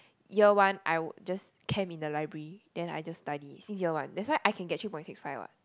year one I'll just camp in the library then I just study since year one that's why I can get three point six five what